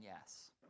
yes